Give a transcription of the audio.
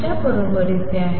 च्या बरोबरीचे आहे